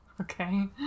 Okay